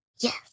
Yes